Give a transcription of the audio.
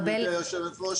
שמעתי אותך, גברתי יושבת הראש.